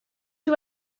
you